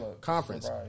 Conference